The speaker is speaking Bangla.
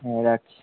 হ্যাঁ রাখছি